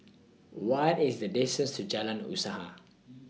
What IS The distance to Jalan Usaha